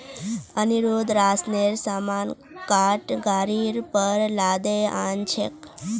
अनिरुद्ध राशनेर सामान काठ गाड़ीर पर लादे आ न छेक